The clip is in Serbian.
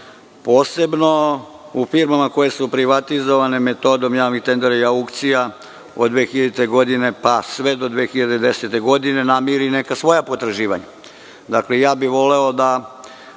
posebno u firmama koje su privatizovane metodom javnih tendera i aukcija od 2000. godine pa sve do 2010. godine, namiri neka svoja potraživanja.